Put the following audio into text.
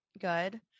good